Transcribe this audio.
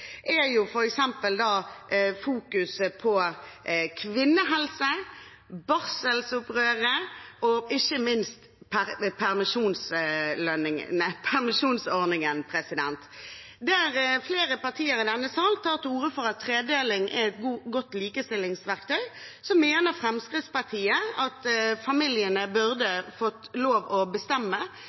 på kvinnehelse, barselopprøret og ikke minst permisjonsordningen. Flere partier i denne salen tar til orde for at tredeling er et godt likestillingsverktøy. Fremskrittspartiet mener at familiene burde få lov til å bestemme